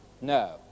No